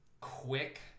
quick